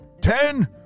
ten